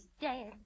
dead